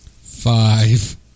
five